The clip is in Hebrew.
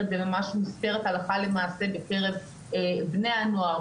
וממש מוסתרת הלכה למעשה בקרב בני הנוער,